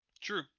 True